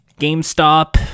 GameStop